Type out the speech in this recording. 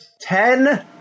Ten